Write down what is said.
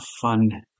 fun